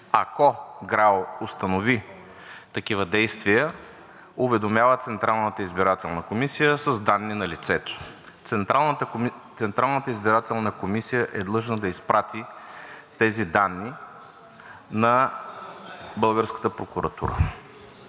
Ако ГРАО установи такива действия, уведомява Централната избирателна комисия с данни на лицето. Централната избирателна комисия е длъжна да изпрати тези данни на